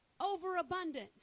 Overabundance